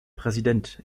präsident